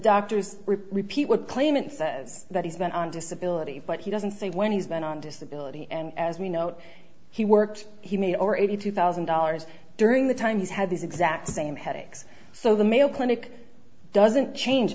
doctors repeat what claimant says that he's been on disability but he doesn't say when he's been on disability and as we note he worked he may or eighty two thousand dollars during the time he's had these exact same headaches so the mayo clinic doesn't change